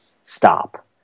Stop